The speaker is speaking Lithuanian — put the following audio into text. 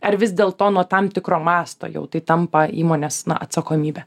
ar vis dėl to nuo tam tikro masto jau tai tampa įmonės atsakomybe